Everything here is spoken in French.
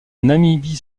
namibie